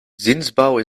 zinsbouw